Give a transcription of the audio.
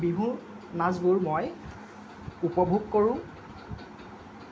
বিহুত নাচবোৰ মই উপভোগ কৰোঁ